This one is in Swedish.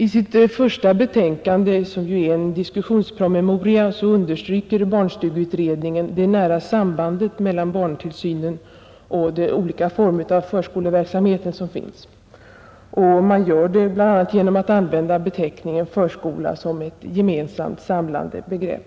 I sitt första betänkande, som ju är en diskussionspromemoria, understryker barnstugeutredningen det nära sambandet mellan barntillsynen och de olika former av förskoleverksamhet som finns, bl.a. genom att använda beteckningen förskola som ett gemensamt, samlande begrepp.